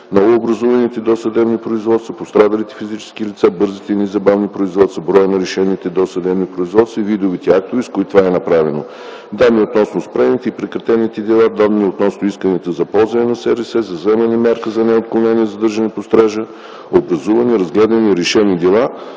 новообразуваните досъдебни производства, пострадалите физически лица; бързите и незабавните производства, броя на решените досъдебни производства и видовете актове, с които това е направено, данни относно спрените и прекратени дела, данни относно исканията за използване на СРС, за вземане на мярка за неотклонение задържане под стража, образувани, разгледани и решени дела,